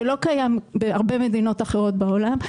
שלא קיים בהרבה מדינות אחרות בעולם,